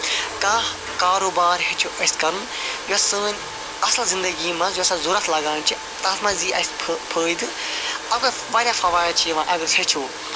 کانٛہہ کاروبار ہیٚچھو أسۍ کَرُن یۄس سٲنۍ اصٕل زِندَگی مَنٛز یۄس اَسہِ ضوٚرتھ لَگان چھِ تتھ مَنٛز یی اسہِ فٲ فٲیدٕ اَکوے واریاہ فَواید چھِ یِوان اگر أسۍ ہیٚچھو